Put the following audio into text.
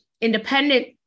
independent